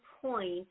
point